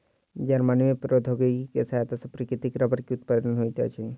Germany में प्रौद्योगिकी के सहायता सॅ प्राकृतिक रबड़ के उत्पादन होइत अछि